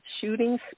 shootings